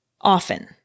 often